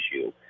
issue